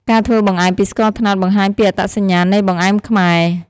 ការធ្វើបង្អែមពីស្ករត្នោតបង្ហាញពីអត្តសញ្ញាណនៃបង្អែមខ្មែរ។